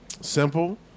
simple